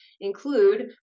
include